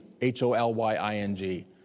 H-O-L-Y-I-N-G